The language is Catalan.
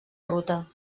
ruta